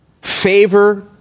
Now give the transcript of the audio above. Favor